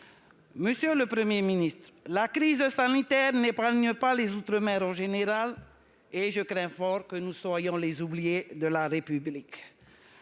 ministres, mes chers collègues, ! La crise sanitaire n'épargne pas les outre-mer en général et je crains fort que nous ne soyons les oubliés de la République.